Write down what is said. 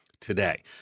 today